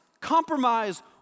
compromise